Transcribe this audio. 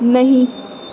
نہیں